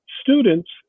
students